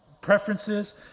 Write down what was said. preferences